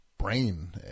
Brain